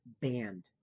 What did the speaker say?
banned